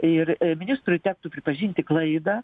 ir ministrui tektų pripažinti klaidą